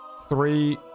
three